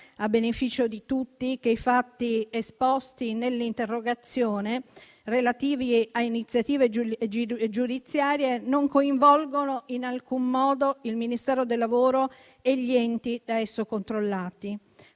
a beneficio di tutti, che i fatti esposti nell'interrogazione e relativi a iniziative giudiziarie non coinvolgono in alcun modo il Ministero del lavoro e delle politiche sociali